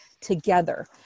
together